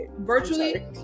virtually